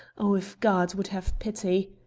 oh, if god would have pity